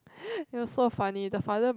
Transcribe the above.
it was so funny the father